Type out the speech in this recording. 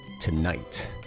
tonight